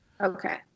Okay